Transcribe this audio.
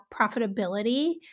profitability